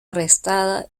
arrestada